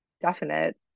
definite